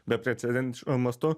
beprecedenčiu mastu